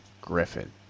Griffin